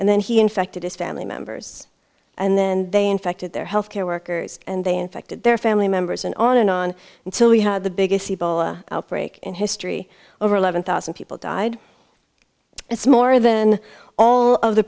and then he infected his family members and then they infected their healthcare workers and they infected their family members and on and on until we had the biggest ebola outbreak in history over eleven thousand people died it's more than all of the